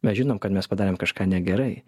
mes žinom kad mes padarėm kažką negerai